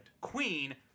Queen